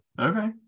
Okay